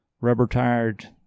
rubber-tired